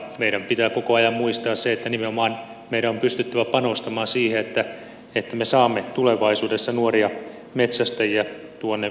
meidän pitää koko ajan muistaa se että nimenomaan meidän on pystyttävä panostamaan siihen että me saamme tulevaisuudessa nuoria metsästäjiä tuonne metsiin metsästämään